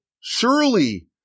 surely